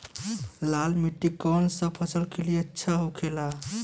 लाल मिट्टी कौन फसल के लिए अच्छा होखे ला?